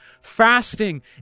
Fasting